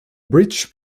bridge